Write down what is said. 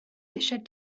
eisiau